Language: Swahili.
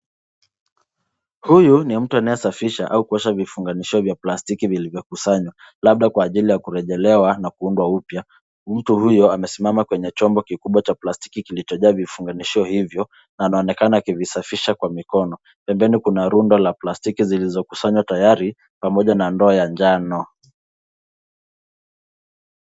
Huyu ni mtu anayesafisha au kuosha vifunganishio vya plastiki vilivyokusanywa, labda kwa ajili ya kurejelewa au kuundwa upya. Mtu huyu amesimama kwenye chombo kikubwa cha plastiki kilichojaa vifunganishio hivyo na anaonekana kuvisafisha kwa mikono. Pembeni kuna rundo ya plastiki zilizokusanywa tayari pamoja na ndoo ya njano.